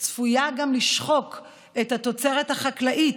צפויה גם לשחוק את התוצרת החקלאית,